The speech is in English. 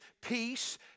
peace